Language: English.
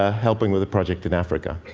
ah helping with a project in africa.